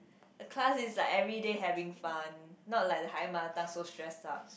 the class is like everyday having fun not like the higher mother tongue so stressed up